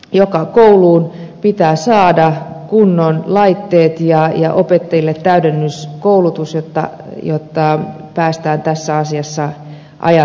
joka kouluun pitää saada kunnon laitteet ja opettajille täydennyskoulutus jotta päästään tässä asiassa ajan tasalle